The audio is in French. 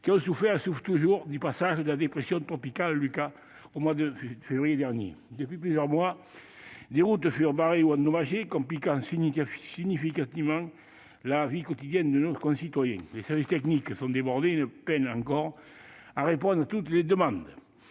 qui ont souffert et souffrent toujours du passage de la dépression tropicale Lucas au mois de février dernier. Durant plusieurs mois, des routes furent barrées ou endommagées, compliquant significativement la vie quotidienne de nos concitoyens. Les services techniques sont débordés et peinent encore à répondre à toutes les demandes.